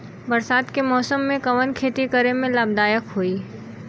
बरसात के मौसम में कवन खेती करे में लाभदायक होयी?